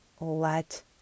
Let